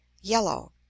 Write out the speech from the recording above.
Yellow